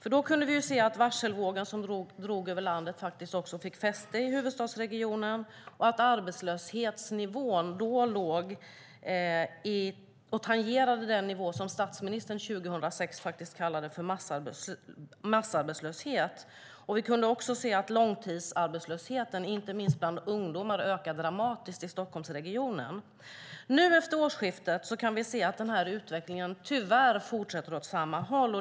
Vi kunde då se att den varselvåg som drog över landet också fick fäste i huvudstadsregionen och att arbetslöshetsnivån tangerade den nivå som statsministern 2006 kallade massarbetslöshet. Vi kunde också se att långtidsarbetslösheten, inte minst bland ungdomar, ökar dramatiskt i Stockholmsregionen. Nu efter årsskiftet kan vi se att utvecklingen tyvärr fortsätter åt samma håll.